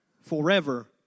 Forever